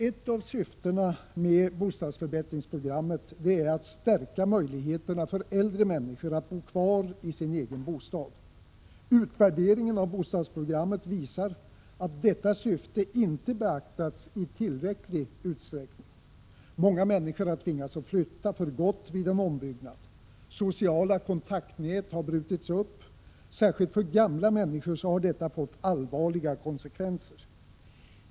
Ett av syftena med bostadsförbättringsprogrammet är att stärka möjligheterna för äldre människor att bo kvar i sin egen bostad. Utvärderingen av bostadsprogrammet visar att detta syfte inte beaktats i tillräcklig utsträckning. Många människor har tvingats att flytta för gott vid en ombyggnad. Sociala kontaktnät har brutits upp. Särskilt för gamla människor har detta fått allvarliga konsekvenser.